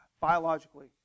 biologically